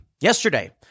Yesterday